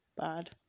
bad